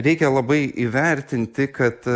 reikia labai įvertinti kad